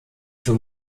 für